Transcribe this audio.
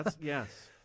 Yes